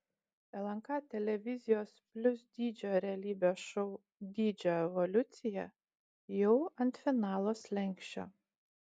lnk televizijos plius dydžio realybės šou dydžio evoliucija jau ant finalo slenksčio